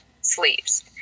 sleeves